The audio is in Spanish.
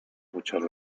muchas